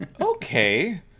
okay